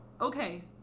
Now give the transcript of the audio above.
okay